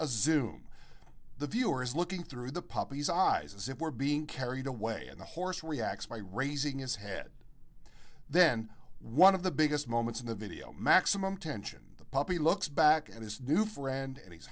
zoom the viewer is looking through the puppy's eyes as it were being carried away in the horse reacts by raising his head then one of the biggest moments in the video maximum tension the puppy looks back at his new friend and he's